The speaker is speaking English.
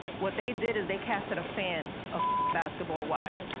what they did is they casted a fan of basketball wives,